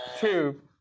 Two